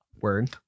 Word